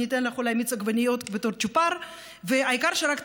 וניתן לך אולי מיץ עגבניות בתור צ'ופר,